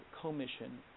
commission